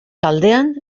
taldean